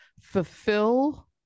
fulfill